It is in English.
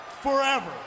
forever